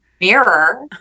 mirror